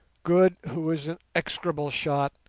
good, who is an execrable shot,